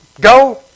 Go